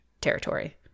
territory